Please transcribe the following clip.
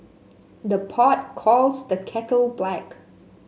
the pot calls the kettle black